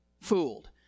fooled